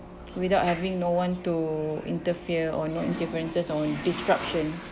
without having no one to interfere or you know differences or disruption